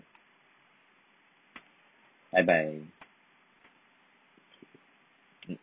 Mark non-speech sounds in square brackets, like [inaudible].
[noise] bye